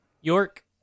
York